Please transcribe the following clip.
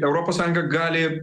europos sąjunga gali